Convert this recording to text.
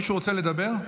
מישהו רוצה לדבר?